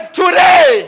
today